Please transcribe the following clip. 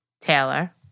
Taylor